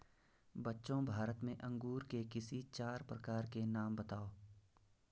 बच्चों भारत में अंगूर के किसी चार प्रकार के नाम बताओ?